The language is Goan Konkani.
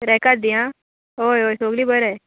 रेका दिय ओय सोगलीं बरें